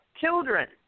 children